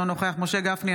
אינו נוכח משה גפני,